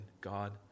God